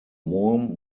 warm